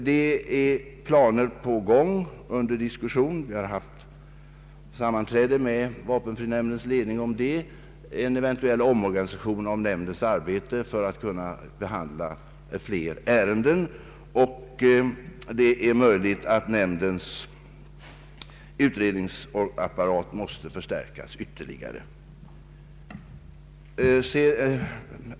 Det finns planer — vi har diskuterat det med vapenfrinämndens ledning — på en omorganisation av nämndens arbete för att den skall kunna behandla flera ärenden, och det är möjligt att nämndens utredningsapparat måste förstärkas ytterligare.